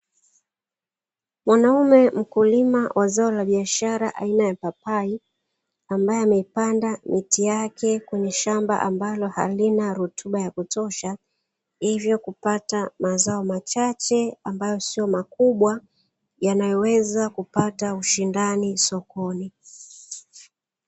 Mwanaume mkulima wa zao la biashara aina ya papai ambaye amepanda miti yake kwenye shamba ambalo halina rutuba ya kutosha, hivyo kupata mazao machache ambayo sio makubwa yanayoweza kupata ushindani sokoni.